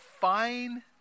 fine